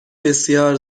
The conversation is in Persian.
بسیار